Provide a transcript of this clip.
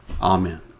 Amen